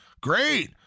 great